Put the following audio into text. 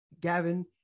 Gavin